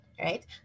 Right